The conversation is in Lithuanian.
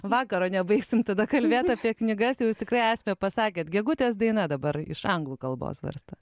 vakaro nebaigsim tada kalbėt apie knygas jau jūs tikrai esmę pasakėt gegutės daina dabar iš anglų kalbos versta